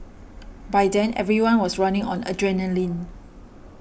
by then everyone was running on adrenaline